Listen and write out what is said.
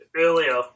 earlier